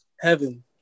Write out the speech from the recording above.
Heaven